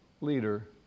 leader